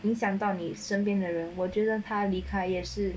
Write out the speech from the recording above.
你想到你身边的人我觉得他离开也是